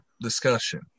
discussion